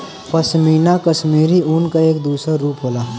पशमीना कशमीरी ऊन क एक दूसर रूप होला